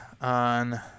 on